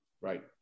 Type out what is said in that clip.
Right